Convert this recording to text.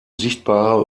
sichtbare